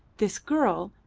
this girl,